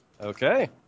Okay